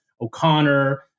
O'Connor